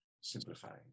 Simplifying